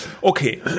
Okay